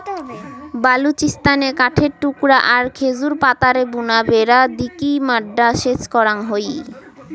বালুচিস্তানে কাঠের টুকরা আর খেজুর পাতারে বুনা বেড়া দিকি মাড্ডা সেচ করাং হই